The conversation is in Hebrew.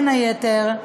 בין היתר,